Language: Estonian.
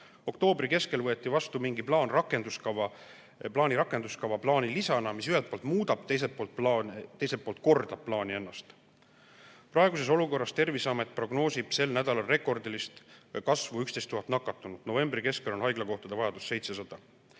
Oktoobri keskel võeti vastu mingi plaani rakenduskava plaani lisana, mis ühelt poolt muudab, teiselt poolt kordab plaani ennast. Praeguses olukorras prognoosib Terviseamet sel nädalal rekordilist kasvu, 11 000 nakatunut. Novembri keskel on haiglakohtade vajadus 700.